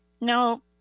No